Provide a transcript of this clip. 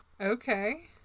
Okay